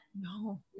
No